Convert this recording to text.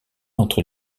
entre